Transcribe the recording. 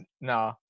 No